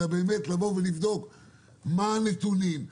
אלא באמת לבוא ולבדוק מה הנתונים,